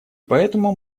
поэтому